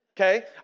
Okay